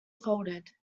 folded